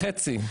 זה חצי.